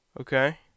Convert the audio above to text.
Okay